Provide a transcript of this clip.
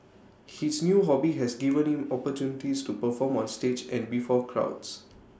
his new hobby has given him opportunities to perform on stage and before crowds